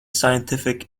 scientific